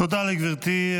תודה לגברתי.